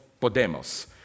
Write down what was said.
Podemos